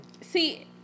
See